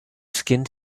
skinned